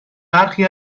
برخی